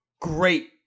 great